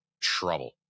trouble